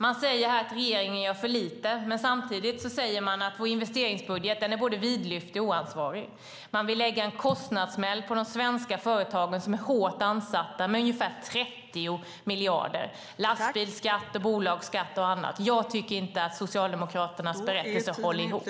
Man säger här att regeringen gör för lite, men samtidigt säger man att vår investeringsbudget är både vidlyftig och oansvarig. Man vill lägga en kostnadssmäll på ungefär 30 miljarder på de svenska företagen som är hårt ansatta av lastbilsskatt, bolagsskatt och annat. Jag tycker inte att Socialdemokraternas berättelse håller ihop.